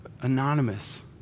anonymous